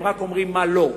הם רק אומרים מה לא.